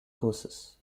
courses